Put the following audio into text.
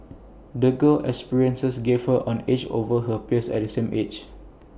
the girl's experiences gave her an edge over her peers of the same age